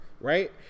right